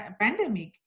pandemic